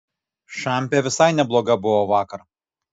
šampė visai nebloga buvo vakar